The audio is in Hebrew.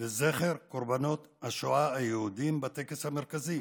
לזכר קורבנות השואה היהודים בטקס המרכזי,